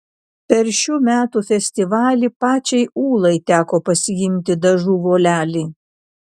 per šių metų festivalį pačiai ūlai teko pasiimti dažų volelį